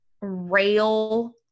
rail